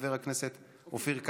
חבר הכנסת אופיר כץ,